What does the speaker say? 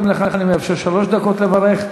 גם לך אני מאפשר שלוש דקות לברך.